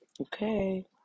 okay